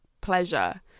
pleasure